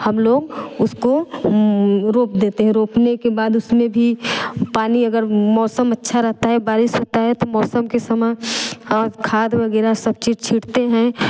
हम लोग उसको रोक देते हैं रोकने के बाद उसमें भी पानी अगर मौसम अच्छा रहता है बारिश होता है तो मौसम के समय खाद वगैरह सब चीज छींटते हैं